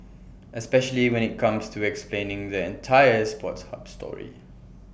especially when IT comes to explaining the entire sports hub story